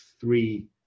three